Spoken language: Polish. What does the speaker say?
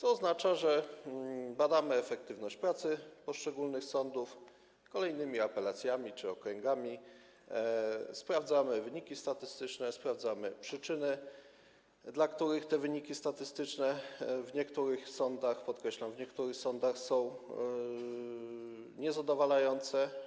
To oznacza, że badamy efektywność pracy poszczególnych sądów w kolejnych apelacjach czy okręgach, sprawdzamy wyniki statystyczne i przyczyny, dla których te wyniki statystyczne w niektórych sądach, podkreślam: w niektórych sądach, są niezadowalające.